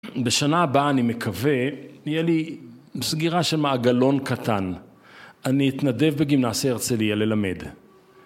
בשנה הבאה, אני מקווה, תהיה לי סגירה של מעגלון קטן. אני אתנדב בגימנסיה הרצליה ללמד.